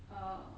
uh